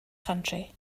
country